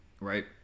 right